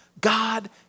God